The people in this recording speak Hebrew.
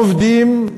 עובדים,